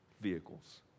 vehicles